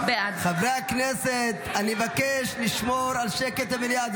בעד חברי הכנסת, אני מבקש לשמור על שקט במליאה.